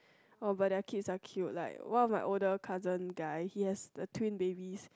oh but their kids are cute right one of my older cousin guy he has the twin babies